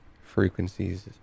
frequencies